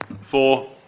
Four